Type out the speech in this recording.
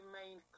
main